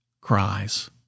cries